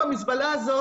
המזבלה הזאת